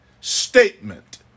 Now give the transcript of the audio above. statement